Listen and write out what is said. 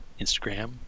Instagram